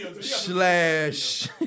Slash